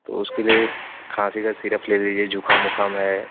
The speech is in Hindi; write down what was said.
तो उसके लिए खाँसी का सीरप ले लीजिए जुकाम उखाम है